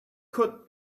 could